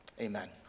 Amen